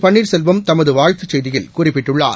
பன்னீர்செல்வம் தமதுவாழ்த்துச் செய்தியில் குறிப்பிட்டுள்ளார்